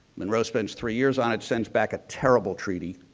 monroe spent three years on it, sends back a terrible treaty.